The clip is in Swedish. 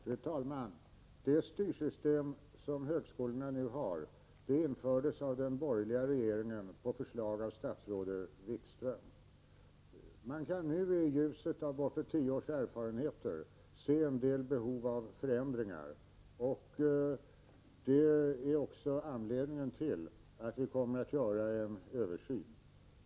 Fru talman! Det styrsystem som högskolorna nu har infördes av den borgerliga regeringen på förslag av statsrådet Wikström. Man kan nu i ljuset av bortåt tio års erfarenheter se en del behov av förändringar. Det är också anledningen till att vi kommer att göra en översyn.